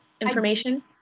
information